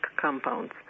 compounds